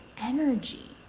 energy